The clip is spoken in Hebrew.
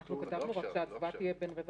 הודענו שההצבעה תהיה רק ברבע